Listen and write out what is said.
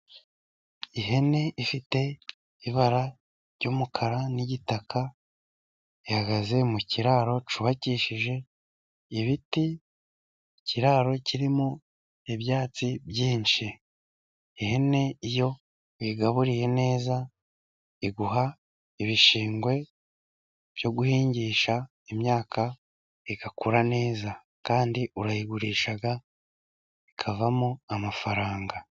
Ihene ifite ibara ry'umukara, n'igitaka. Ihagaze mu kiraro cyubakishije ibiti, ikiraro kirimo ibyatsi byinshi. Ihene iyo uyigaburiye neza iguha ibishingwe byo guhingisha imyaka, igakura neza kandi urayigurisha ikavamo amafaranga.